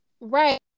right